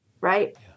Right